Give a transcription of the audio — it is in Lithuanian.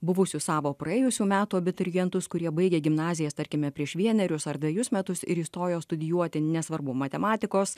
buvusių savo praėjusių metų abiturientus kurie baigė gimnazijas tarkime prieš vienerius ar dvejus metus ir įstojo studijuoti nesvarbu matematikos